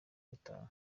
gutaha